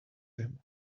him